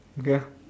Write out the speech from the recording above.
okay ah